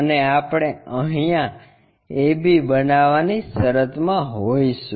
અને આપણે અહીંયા a b બનાવવાની શરતમાં હોઈશું